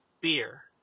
beer